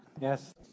Yes